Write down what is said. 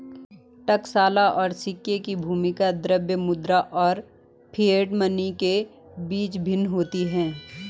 टकसाल और सिक्के की भूमिका द्रव्य मुद्रा और फिएट मनी के बीच भिन्न होती है